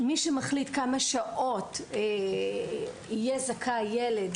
מי שמחליט לכמה שעות של סייעת יהיה זכאי ילד,